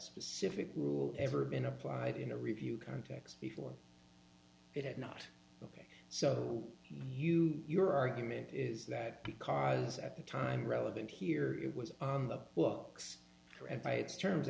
specific rule ever been applied in a review context before it had not appeared so you your argument is that because at the time relevant here it was on the books read by its terms